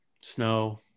Snow